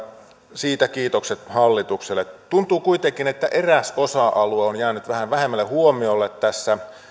siitä kiitokset hallitukselle tuntuu kuitenkin että eräs osa alue on jäänyt vähän vähemmälle huomiolle tässä